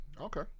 okay